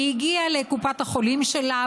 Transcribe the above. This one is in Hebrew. היא הגיעה לקופת החולים שלה,